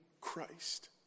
Christ